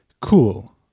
Cool